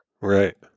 right